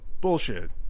bullshit